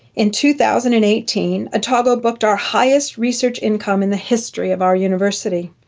in two thousand and eighteen, otago booked our highest research income in the history of our university,